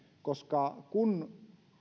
koska kun